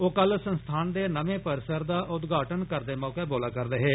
ओ कल संस्थान दे नमें परिसर दा उद्घाटन करदे मौके बोला'र दे हे